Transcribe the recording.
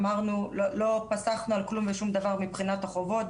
אמרנו, לא פסחנו על כלום ושום דבר מבחינת החובות.